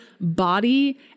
body